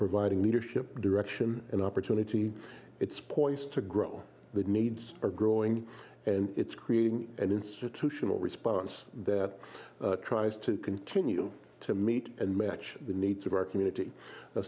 providing leadership direction and opportunity it's poised to grow the needs are growing and it's creating an institutional response that tries to continue to meet and match the needs of our community